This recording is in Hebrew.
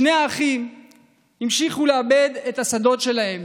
שני האחים המשיכו לעבד את שדותיהם